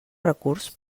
recurs